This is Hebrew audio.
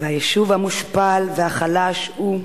והיישוב המושפל והחלש הוא,